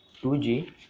2G